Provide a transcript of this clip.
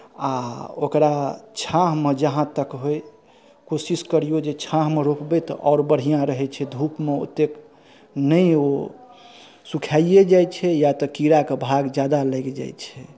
आ ओकरा छाँहमे जहाँ तक होइ कोशिश करियौ जे छाँहमे रोपबै तऽ आओर बढ़िआँ रहै छै धूपमे ओतेक नहि ओ सुखाइए जाइ छै या तऽ कीड़ाके भाग ज्यादा लागि जाइ छै